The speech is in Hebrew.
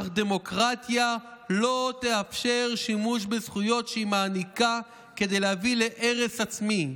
אך דמוקרטיה לא תאפשר שימוש בזכויות שהיא מעניקה כדי להביא להרס עצמי,